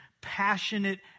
passionate